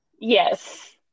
Yes